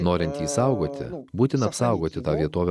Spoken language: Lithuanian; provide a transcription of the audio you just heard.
norint jį išsaugoti būtina apsaugoti tą vietovę